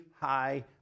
high